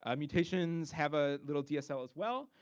um mutations have a little dsl as well.